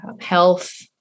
health